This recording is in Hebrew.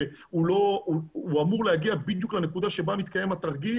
הוא אמור להגיע בדיוק לנקודה שבה מתקיים התרגיל